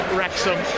Wrexham